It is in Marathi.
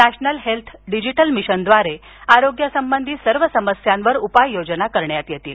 नॅशनल हेल्थ डिजिटल मिशनद्वारे आरोग्यसंबधी सर्व समस्यांवर उपाय करण्यात येईल